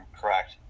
correct